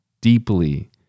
deeply